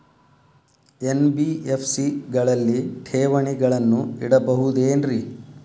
NBFC ಗಳಲ್ಲಿ ಠೇವಣಿಗಳನ್ನು ಇಡಬಹುದೇನ್ರಿ?